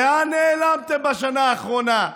לאן נעלמתם בשנה האחרונה?